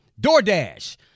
DoorDash